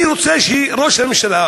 אני רוצה שראש הממשלה,